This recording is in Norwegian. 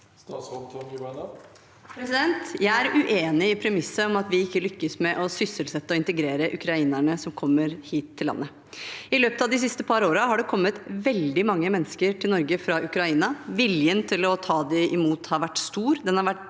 Jeg er uenig i pre- misset om at vi ikke lykkes med å sysselsette og integrere ukrainerne som kommer hit til landet. I løpet av de siste par årene har det kommet veldig mange mennesker til Norge fra Ukraina. Viljen til å ta imot dem har vært stor,